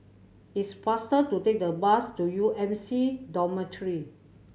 is faster to take the bus to U M C Dormitory